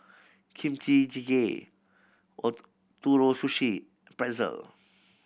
Kimchi Jjigae Ootoro Sushi Pretzel